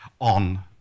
on